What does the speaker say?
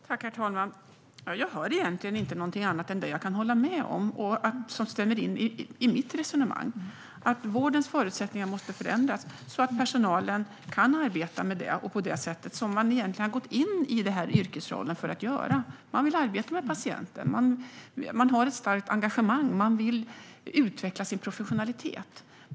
Herr talman! Jag hör egentligen inte någonting annat än det jag kan hålla med om och som stämmer in i mitt resonemang: att vårdens förutsättningar måste förändras så att personalen kan arbeta på det sätt som man egentligen har gått in i denna yrkesroll för att göra. Man vill arbeta med patienter. Man har ett starkt engagemang. Man vill utveckla sin professionalitet.